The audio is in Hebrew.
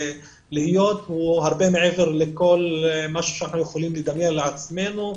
הוא הרבה מעבר לכל מה שאנחנו יכולים לדמיין לעצמנו.